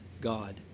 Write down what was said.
God